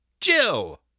Jill